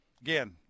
Again